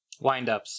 Windups